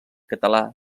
català